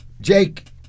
Jake